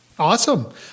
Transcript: Awesome